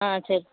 ஆ சரி